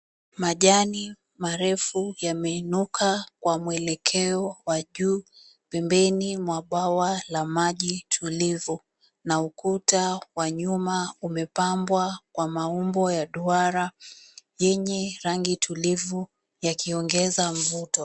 Majani marefu yameinuka kwa muelekeo wa juu pembeni mwa bwawa la maji tulivu, na ukuta wa nyuma umepambwa kwa maumbo ya duara, yenye rangi tulivu yakiongeza mvuto.